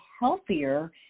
healthier